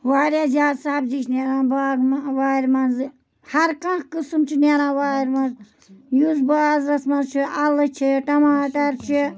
واریاہ زیادٕ سبزی چھِ نیران باغہٕ وارِ منٛزٕ ہرکانٛہہ قٕسٕم چھُ نیران وارِ منٛز یُس بازرَس منٛز چھِ اَلہٕ چھِ ٹماٹر چھِ